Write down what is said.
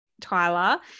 Tyler